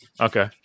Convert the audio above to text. Okay